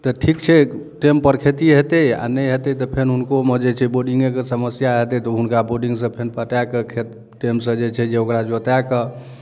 तऽ ठीक छै टाइमपर खेती हेतै आ नहि हेतै तऽ फेर हुनकोमे जे छै बोर्डिंगेके समस्या हेतै तऽ हुनका बोर्डिंगसँ फेर पटा कऽ खेत टाइमसँ जे छै जे ओकरा जोताए कऽ